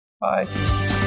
Bye